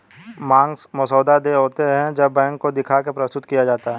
मांग मसौदा देय होते हैं जब बैंक को दिखा के प्रस्तुत किया जाता है